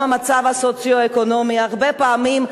גם המצב הסוציו-אקונומי הרבה פעמים,